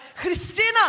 Christina